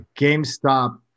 GameStop